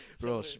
Bro